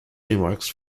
remarks